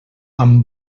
amb